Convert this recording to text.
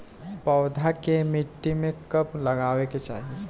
पौधा के मिट्टी में कब लगावे के चाहि?